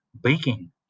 baking